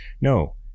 no